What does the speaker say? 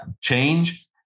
change